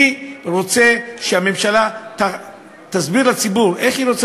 אני רוצה שהממשלה תסביר לציבור איך היא רוצה